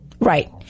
Right